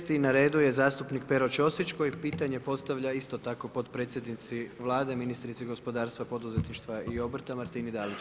Šesti na redu je zastupnik Pero Ćosić koji pitanje postavlja isto tako potpredsjednici Vlade, ministrici gospodarstva, poduzetništva i obrta Martini Dalić.